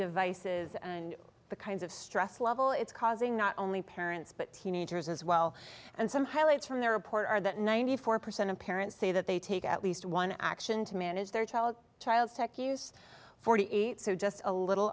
devices and the kinds of stress level it's causing not only parents but teenagers as well and some highlights from their report are that ninety four percent of parents say that they take at least one action to manage their child child's tech use forty eight so just a little